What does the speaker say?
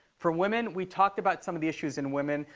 for women, we've talked about some of the issues in women.